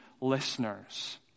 listeners